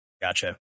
Gotcha